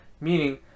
Meaning